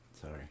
Sorry